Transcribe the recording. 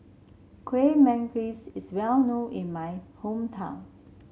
Kuih Manggis is well known in my hometown